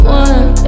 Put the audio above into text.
one